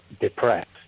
depressed